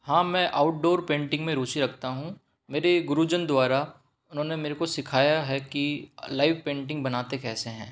हाँ मैं outdoor painting में रूचि रखता हूँ मेरे गुरुजन द्वारा उन्होंने मेरको सिखाया है कि लाइव पेंटिंग बनाते कैसे हैं